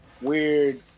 weird